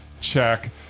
check